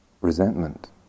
resentment